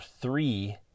three